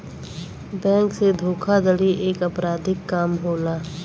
bank से धोखाधड़ी एक अपराधिक काम होला